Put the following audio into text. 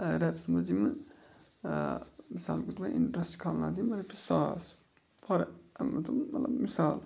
رٮ۪تَس منٛز یِمہٕ مِثال کہِ اِنٹرٛسٹ کھالناونہٕ یِم رۄپیہِ ساس فار اَنن تم مطلب مِثال